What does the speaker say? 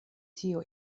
ĉio